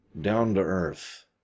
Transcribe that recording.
down-to-earth